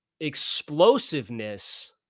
Explosiveness